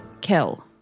kill